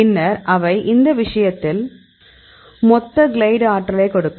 பின்னர் அவை இந்த விஷயத்தின் மொத்த கிளைடு ஆற்றலைக் கொடுக்கும்